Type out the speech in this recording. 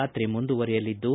ರಾತ್ರಿ ಮುಂದುವರಿಯಲಿದ್ದು